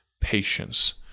Patience